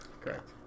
Correct